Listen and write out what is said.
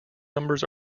numbers